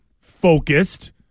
focused